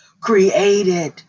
created